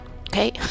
okay